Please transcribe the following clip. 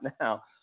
now